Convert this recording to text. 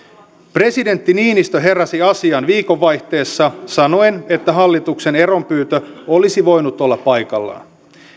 presidentti niinistö heräsi asiaan viikonvaihteessa sanoen että hallituksen eronpyyntö olisi voinut olla paikallaan